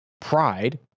Pride